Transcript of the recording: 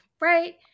Right